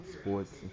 sports